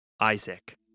Isaac